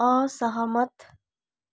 असहमत